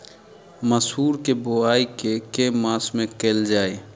मसूर केँ बोवाई केँ के मास मे कैल जाए?